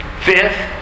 Fifth